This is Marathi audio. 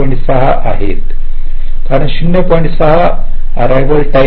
6 वाजता अररिवाल टाईम आहे